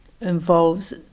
involves